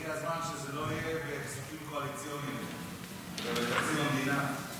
הגיע הזמן שזה לא יהיה בסעיפים קואליציוניים אלא בתקציב המדינה.